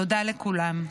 תודה לכולם.